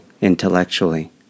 intellectually